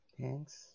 Thanks